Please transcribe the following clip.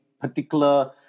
particular